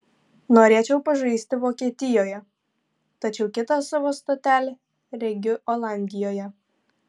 norėčiau pažaisti vokietijoje tačiau kitą savo stotelę regiu olandijoje